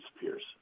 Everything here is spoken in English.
disappears